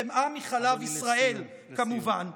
חמאה מחלב ישראל, כמובן.